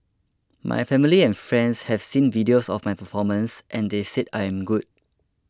my family and friends have seen videos of my performances and they said I am good